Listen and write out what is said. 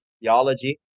theology